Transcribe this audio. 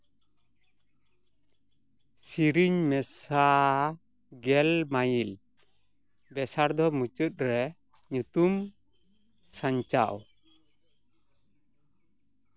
ᱥᱤᱨᱤᱧ ᱢᱮᱥᱟ ᱜᱮᱞ ᱢᱟᱹᱭᱤᱞ ᱵᱮᱥᱟᱨᱫᱷᱚ ᱢᱩᱪᱟᱹᱫ ᱨᱮ ᱧᱩᱛᱩᱢ ᱥᱟᱧᱪᱟᱣ